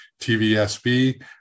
TVSB